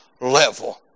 level